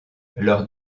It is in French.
lors